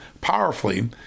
powerfully